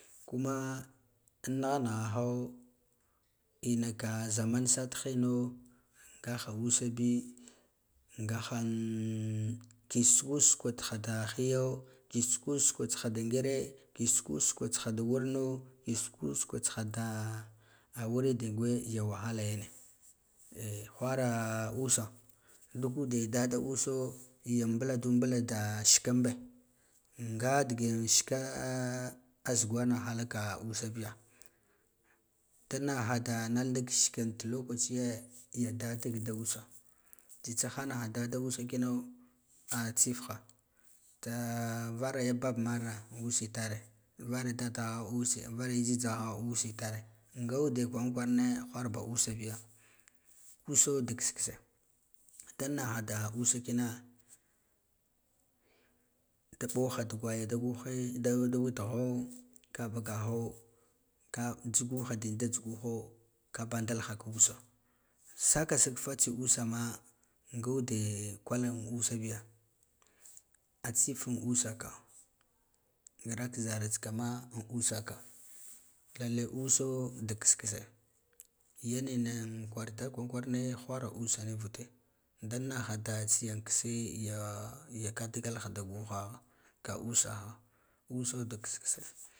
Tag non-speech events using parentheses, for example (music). Kuma in nigha nighaho inaka zaman sati hino nga usabi ngaha an ki suku sukwa ha hiye ki soko sokaha da ngire ki soku sukwaha da wurno ki suku sukwa tsiha da wurna dengwe ya wahala yene eh whara usa duk ube da dguso ya buladu bula da shi kenbe nga digen shikaa zugwana halak da usa biga dan naha nal nighan sheke an ta lokaciye ya dadig da wa tsitsa hanaha dalda usa kino a tsiif ha tsa vara ya babi mar ra an usa tare vara daddagho use va raya jhijhagho an usa itare nga ude kwaran kwarane wharba usa biga usa dik kiss kise dan naha da usa kina da ɓoha dugwaya da guhe dau da wetigho ka bugaho ka jhagu ka baldalha ka usa saka fatsi usama nga use kalusa biya a tsif an usaka grak zara tsikama an usaka lalle uso dik kiss kise yen ina kwar itar kwaran kwarane (unintelligible) dan naha tsigen kiss (hesitation) ga ka digalha da guhaha ka usa dik kiss kise.